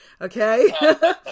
okay